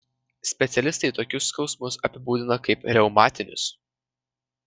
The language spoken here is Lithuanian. specialistai tokius skausmus apibūdina kaip reumatinius